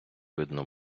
видно